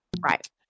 Right